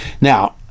Now